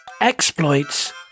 exploits